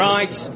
Right